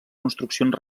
construccions